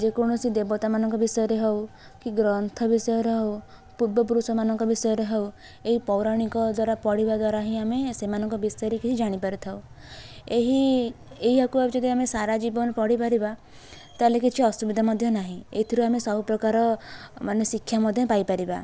ଯେକୌଣସି ଦେବତାମାନଙ୍କ ବିଷୟରେ ହେଉ କି ଗ୍ରନ୍ଥ ବିଷୟରେ ହେଉ ପୂର୍ବ ପୁରୁଷମାନଙ୍କ ବିଷୟରେ ହେଉ ଏହି ପୌରାଣିକ ଦ୍ଵାରା ପଢ଼ିବା ଦ୍ଵାରା ହିଁ ଆମେ ସେମାନଙ୍କ ବିଷୟରେ ହିଁ ଜାଣି ପାରିଥାଉ ଏହି ଏଇଆ କୁ ଆଉ ଯଦି ଆମେ ସାରା ଜୀବନ ପଢ଼ିପାରିବା ତା'ହେଲେ କିଛି ଅସୁବିଧା ମଧ୍ୟ ନାହିଁ ଏଥିରୁ ଆମେ ସବୁପ୍ରକାର ମାନେ ଶିକ୍ଷା ମଧ୍ୟ ପାଇପାରିବା